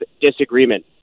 disagreement